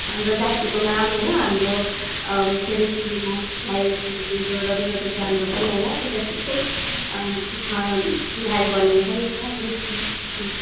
हाम्रो जातिको नाम होइन हाम्रो ट्रेडिसनल डान्सलाई तपाईँले बढाउँदै गएपछि हाम्रो पनि होइन एउटा छुट्टै चिना चिनारी बनिन्छ नि त अलिकति